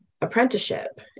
apprenticeship